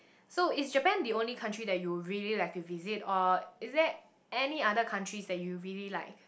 so is Japan the only country you like to visit or is that any other country that you really like